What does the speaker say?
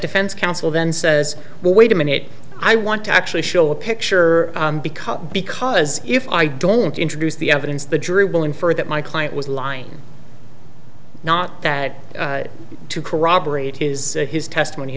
defense counsel then says well wait a minute i want to actually show a picture because because if i don't introduce the evidence the jury will infer that my client was lying not that to corroborate his his testimony